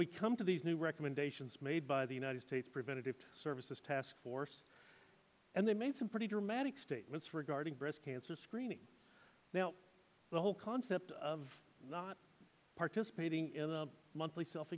we come to these new recommendations made by the united states preventative services task force and they made some pretty dramatic statements regarding breast cancer screening now the whole concept of not participating in the monthly self